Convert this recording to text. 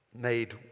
made